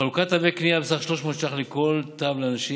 חלוקת תווי קניה בסך 300 ש"ח לכל תו לאנשים